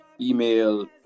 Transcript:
email